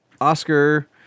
Oscar